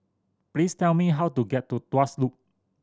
please tell me how to get to Tuas Loop